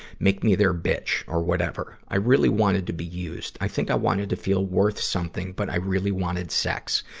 make me their bitch, or whatever. i really wanted to be used. i think i wanted to feel worth something, but i really wanted sex.